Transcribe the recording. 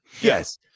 Yes